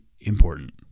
important